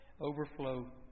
overflow